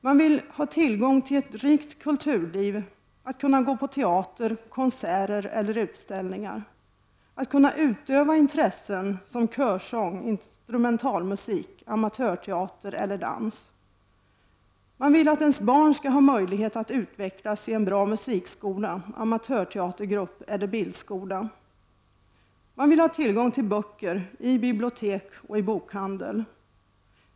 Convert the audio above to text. Man vill ha tillgång till ett rikt kulturliv, att kunna gå på teater, konserter eller utställningar, att kunna utöva intressen som körsång, instrumentalmusik, amatörteater eller dans. Man vill att ens barn skall ha möjlighet att utvecklas i en bra musikskola, amatörteatergrupp eller bildskola. Man vill ha tillgång till böcker i bibliotek och bokhandel.